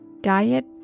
Diet